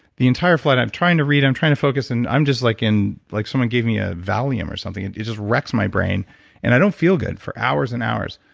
the entire flight i'm trying to read, i'm trying to focus and i'm just like in like someone gave me a valium or something. it just wrecks my brain and i don't feel good for hours and hours.